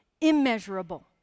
immeasurable